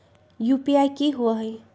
UPI कि होअ हई?